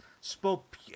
spoke